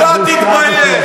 אתה תתבייש.